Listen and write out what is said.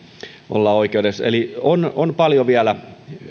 ollaan oikeudessa eli on on paljon vielä